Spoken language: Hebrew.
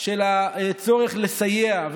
הצורך לסייע,